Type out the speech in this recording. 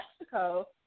Mexico